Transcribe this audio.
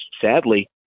sadly